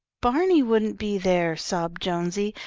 barney wouldn't be there, sobbed jonesy,